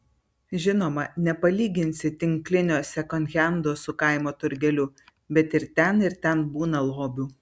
žinoma nepalyginsi tinklinio sekondhendo su kaimo turgeliu bet ir ten ir ten būna lobių